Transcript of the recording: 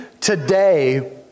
today